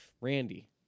Randy